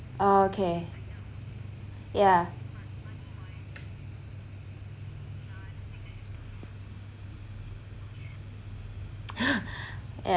okay yeah yeah